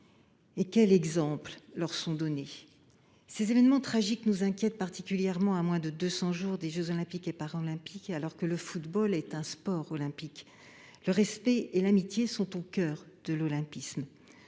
et quel exemple leur sont donnés ! Ces événements tragiques nous inquiètent particulièrement à moins de 200 jours des jeux Olympiques et Paralympiques, alors que le football est un sport olympique. Le respect et l’amitié sont au cœur de l’olympisme.